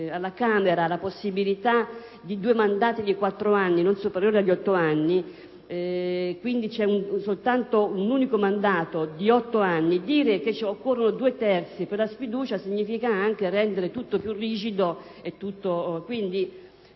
alla Camera la possibilità di due mandati di quattro anni non superiori agli otto anni, ed essendoci quindi un unico mandato di sei anni, dire che occorrono due terzi per la sfiducia significa rendere tutto più rigido. Pertanto,